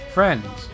Friends